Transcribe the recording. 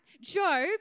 Job